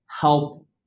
help